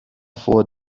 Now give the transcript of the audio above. vor